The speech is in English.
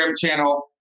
channel